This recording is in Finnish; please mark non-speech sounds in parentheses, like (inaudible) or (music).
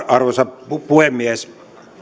(unintelligible) arvoisa puhemies